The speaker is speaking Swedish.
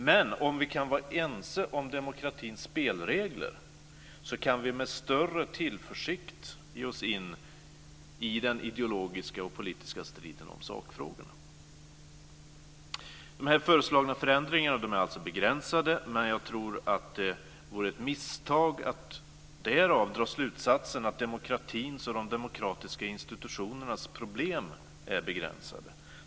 Men om vi kan vara ense om demokratins spelregler kan vi med större tillförsikt ge oss in i den ideologiska och politiska striden om sakfrågorna. De här föreslagna förändringarna är alltså begränsade, men jag tror att det vore ett misstag att därav dra slutsatsen att demokratins och de demokratiska institutionernas problem är begränsade.